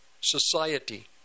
society